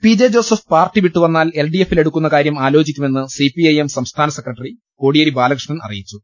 P J Joseph party വിട്ടുവന്നാൽ എൽഡ്വിഎഫിൽ എടു ക്കുന്ന കാര്യം ആലോചിക്കുമെന്ന് സിപിഐഎം സംസ്ഥാന സെക്രട്ടറി കോടിയേരി ബാലകൃഷ്ണൻ അറിയിച്ചു